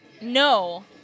No